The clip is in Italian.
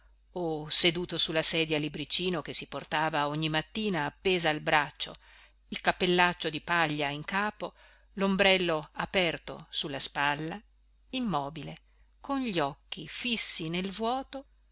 o seduto su la sedia a libricino che si portava ogni mattina appesa al braccio il cappellaccio di paglia in capo lombrello aperto su la spalla immobile con gli occhi fissi nel vuoto